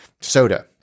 soda